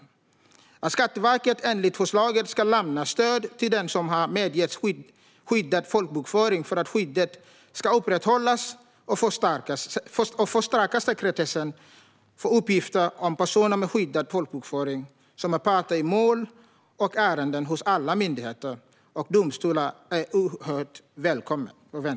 Det är oerhört välkommet att Skatteverket enligt förslaget ska lämna stöd till den som har medgetts skyddad folkbokföring så att skyddet kan upprätthållas och att man ska förstärka sekretessen för uppgifter om personer med skyddad folkbokföring som är parter i mål och ärenden hos alla myndigheter och domstolar.